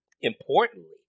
importantly